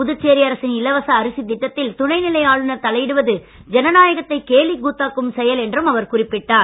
புதுச்சேரி அரசின் இலவச அரிசி திட்டத்தில் துணை நிலை ஆளுநர் தலையிடுவது ஜனநாயகத்தை கேலிக் கூத்தாக்கும் செயல் என்றும் அவர் குறிப்பிட்டார்